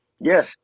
yes